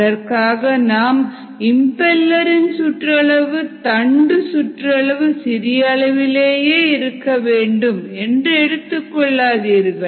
அதற்காக நாம் இம்பெலர் இன் சுற்றளவு தண்டு சுற்றளவு சிறிய அளவிலேயே இருக்க வேண்டும் என்று எடுத்துக் கொள்ளாதீர்கள்